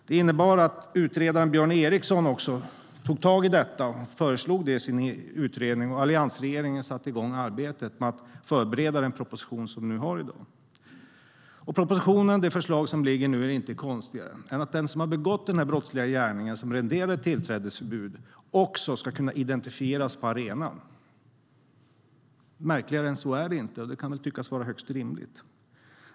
Det innebar att utredaren Björn Eriksson tog tag i detta och föreslog det i sin utredning och att alliansregeringen satte igång arbetet med att förbereda den proposition vi har i dag. Propositionen och det förslag som nu föreligger är inte konstigare än att den som har begått den brottsliga gärning som renderade tillträdesförbud också ska kunna identifieras på arenan. Märkligare än så är det inte, och det kan väl tyckas vara högst rimligt.